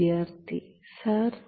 വിദ്യാർത്ഥിസർ